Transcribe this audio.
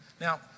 Now